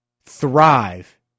thrive